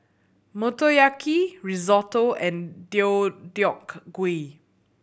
Motoyaki Risotto and Deodeok Gui